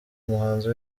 umuhanzi